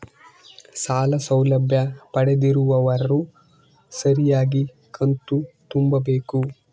ಸಾಲ ಸೌಲಭ್ಯ ಪಡೆದಿರುವವರು ಸರಿಯಾಗಿ ಕಂತು ತುಂಬಬೇಕು?